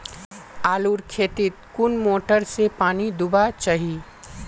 आलूर खेतीत कुन मोटर से पानी दुबा चही?